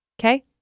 Okay